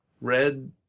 red